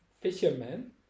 fisherman